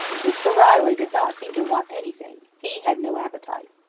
mr. riley did not seem to want anything. he had no appetite.